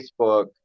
Facebook –